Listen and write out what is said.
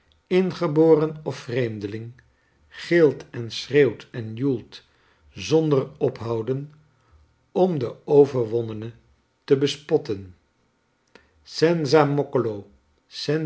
ingeboren of vreemdeling gilt en schreeuwt en joelt zonder ophouden om den overwonnene te bespotten senza